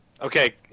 Okay